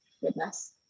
goodness